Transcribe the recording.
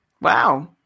Wow